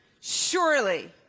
surely